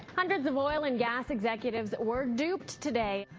hundreds of oil and gas executives were duped today.